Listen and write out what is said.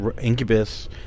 Incubus